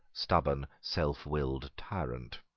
stubborn, self-willed tyrant.